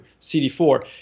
CD4